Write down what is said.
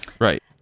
Right